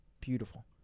beautiful